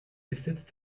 besitzt